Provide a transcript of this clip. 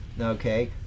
okay